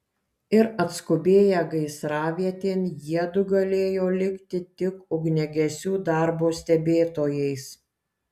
ir atskubėję gaisravietėn jiedu galėjo likti tik ugniagesių darbo stebėtojais